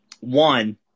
One